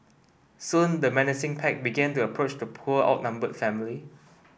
soon the menacing pack began to approach the poor outnumbered family